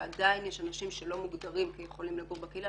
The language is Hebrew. ועדיין יש אנשים שלא מוגדרים כיכולים לגור בקהילה,